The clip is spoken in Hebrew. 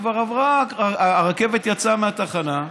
הרכבת יצאה מהתחנה,